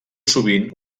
sovint